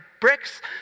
bricks